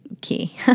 key